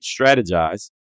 strategize